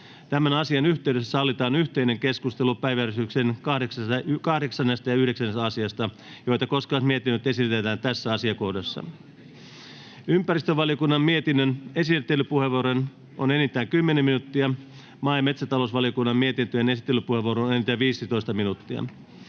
Tämän asian yhteydessä sallitaan yhteinen keskustelu päiväjärjestyksen 8. ja 9. asiasta, joita koskevat mietinnöt esitellään tässä asiakohdassa. Ympäristövaliokunnan mietinnön esittelypuheenvuoro on enintään kymmenen minuuttia. Maa- ja metsätalousvaliokunnan mietintöjen esittelypuheenvuoro on enintään 15 minuuttia.